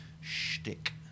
Shtick